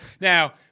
Now